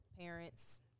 parents